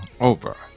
over